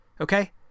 Okay